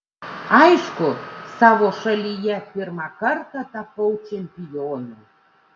aišku savo šalyje pirmą kartą tapau čempionu